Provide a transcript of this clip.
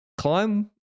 Climb